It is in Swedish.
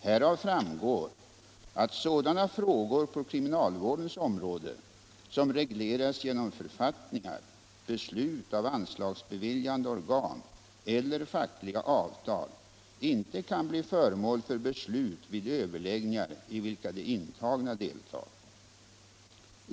Härav framgår att sådana frågor på kriminalvårdens område som regleras genom författningar, beslut av anslagsbeviljande organ eller fackliga avtal inte kan bli föremål för beslut vid överläggningar i vilka de intagna deltar.